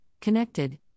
connected